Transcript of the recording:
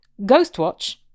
Ghostwatch